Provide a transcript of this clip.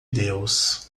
deus